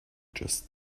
just